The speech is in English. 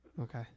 Okay